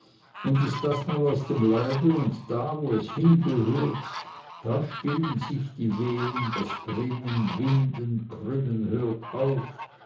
und ist das mal aus dem leibe und da wo es hingehört da stillen sich die wehen das grimmen winden krümmen hört auf